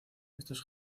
estos